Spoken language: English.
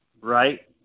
Right